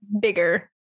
bigger